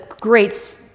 great